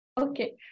Okay